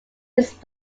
his